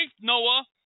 Noah